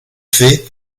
fée